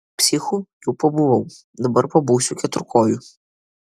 psichu jau pabuvau dabar pabūsiu keturkoju